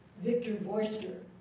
victor verster,